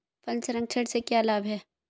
फल संरक्षण से क्या लाभ है?